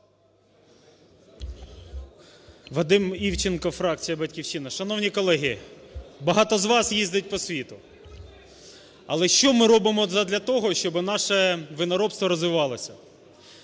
Вадим Івченко, фракція "Батьківщина". Шановні колеги, багато з вас їздить по світу. Але що ми робимо задля того, щоб наше виноробство розвивалося?